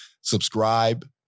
subscribe